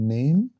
Name